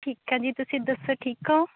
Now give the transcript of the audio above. ਠੀਕ ਹਾਂ ਜੀ ਤੁਸੀਂ ਦੱਸੋ ਠੀਕ ਹੋ